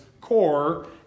core